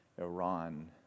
Iran